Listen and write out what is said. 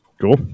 Cool